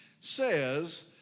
says